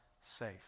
safe